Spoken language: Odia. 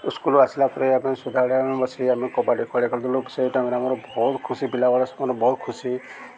ସ୍କୁଲ ଆସିଲା ପରେ ଆମେ ବସି ଆମେ କବାଡ଼ି ଖେଳୁଥିଲୁ ସେଇ ଟାଇମ୍ରେ ଆମର ବହୁତ ଖୁସି ପିଲାବେଳେ ସେମାନେ ବହୁତ ଖୁସି